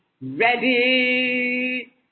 ready